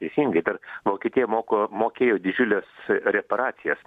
teisingai dar vokietija moko mokėjo didžiules reparacijas